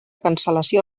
cancel·lació